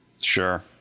Sure